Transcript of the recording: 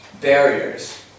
Barriers